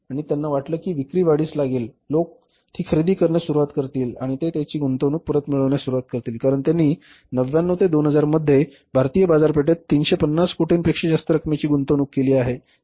आणि त्यांना वाटलं की विक्री वाढीस लागेल लोक ती खरेदी करण्यास सुरवात करतील आणि ते त्यांची गुंतवणूक परत मिळवण्यास सुरूवात करतील कारण त्यांनी 99 2000 मध्ये भारतीय बाजारपेठेत 350 कोटींपेक्षा जास्त रकमेची गुंतवणूक केली आहे